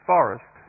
Forest